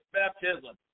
baptism